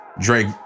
Drake